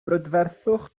brydferthwch